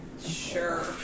Sure